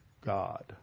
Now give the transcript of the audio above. God